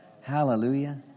Hallelujah